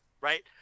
right